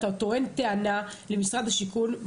אתה טוען טענה מול משרד השיכון,